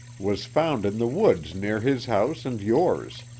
was found in the woods near his house and yours.